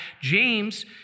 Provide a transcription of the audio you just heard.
James